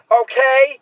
okay